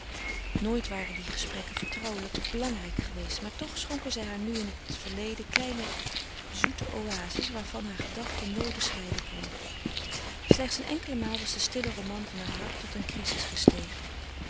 nooit waren die gesprekken vertrouwelijk of belangrijk geweest maar toch schonken zij haar nu in het verleden kleine zoete oase's waarvan hare gedachte noode scheiden kon slechts een enkele maal was de stille roman van haar hart tot een crisis gestegen